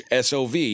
SOV